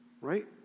Right